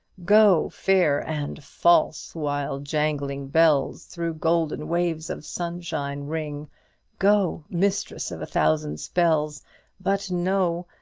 go, fair and false, while jangling bells through golden waves of sunshine ring go, mistress of a thousand spells but know,